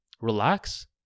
Relax